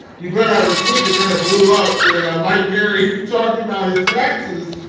he put out a tweet that kind of blew up when mike perry talked about his taxes.